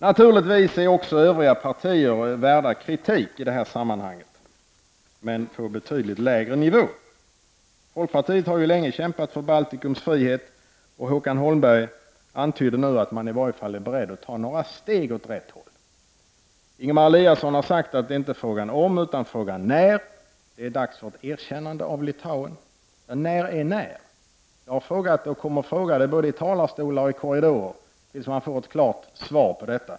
Naturligtvis är också övriga partier värda kritik i detta sammanhang, men på betydligt lägre nivå. Folkpartiet har ju länge kämpat för Baltikums frihet, och Håkan Holmberg antydde nu att folkpartiet i varje fall är berett att ta några steg åt rätt håll. Ingemar Eliasson har sagt att det inte är fråga om utan när det är dags för ett erkännande av Litauen. Men när är när? Jag har ställt frågan och kommer att fortsätta att ställa den i talarstolar och i korridorer tills det ges ett klart svar på den.